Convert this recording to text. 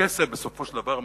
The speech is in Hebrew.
והכסף בסופו של דבר מרוכז,